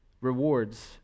rewards